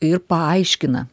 ir paaiškina